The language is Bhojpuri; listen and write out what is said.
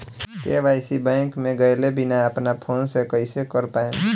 के.वाइ.सी बैंक मे गएले बिना अपना फोन से कइसे कर पाएम?